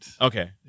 Okay